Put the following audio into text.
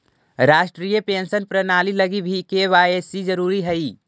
राष्ट्रीय पेंशन प्रणाली लगी भी के.वाए.सी जरूरी हई